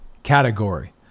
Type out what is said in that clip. Category